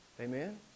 Amen